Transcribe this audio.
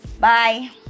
Bye